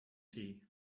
tea